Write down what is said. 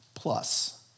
plus